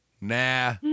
Nah